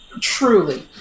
Truly